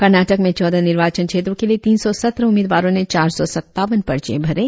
कर्नाटक में चौदह निर्वाचन क्षेत्रों के लिए तीन सौ सत्रह उम्मीदवारों ने चार सौ सत्तावन पर्चे भरे